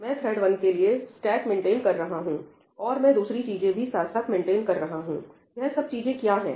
मैं थ्रेड 1 के लिए स्टैक मेंटेन कर रहा हूं और मैं दूसरी चीजें भी साथ साथ मेंटेन कर रहा हूं यह सब चीजें क्या है